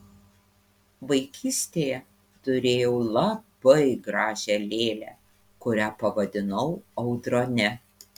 vaikystėje turėjau labai gražią lėlę kurią pavadinau audrone